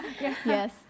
yes